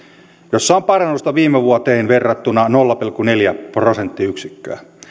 jossa on parannusta viime vuoteen verrattuna nolla pilkku neljä prosenttiyksikköä